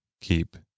keep